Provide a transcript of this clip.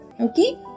Okay